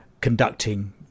conducting